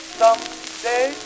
someday